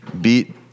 beat